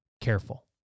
careful